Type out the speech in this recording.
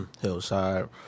Hillside